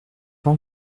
pas